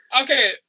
okay